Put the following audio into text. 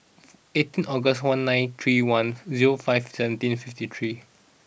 eighteen August one nine three one zero five seventeen fifty three